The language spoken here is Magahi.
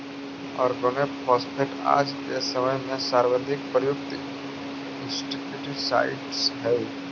ऑर्गेनोफॉस्फेट आज के समय में सर्वाधिक प्रयुक्त इंसेक्टिसाइट्स् हई